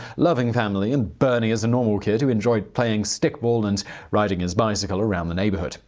loving family and bernie as a normal kid who enjoyed playing stickball and riding his bicycle around the neighborhood.